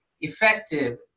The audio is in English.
effective